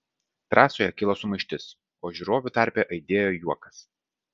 trasoje kilo sumaištis o žiūrovų tarpe aidėjo juokas